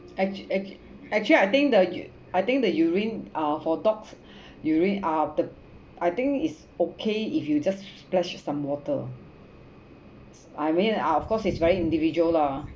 act~ act~ actually I think the I think the urine uh for dogs during uh the I think is okay if you just splash some water I mean uh of course it's very individual lah